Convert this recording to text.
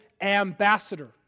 ambassador